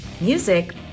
Music